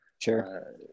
sure